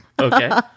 Okay